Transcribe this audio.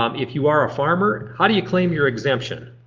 um if you are a farmer how do you claim your exemption?